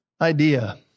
idea